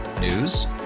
News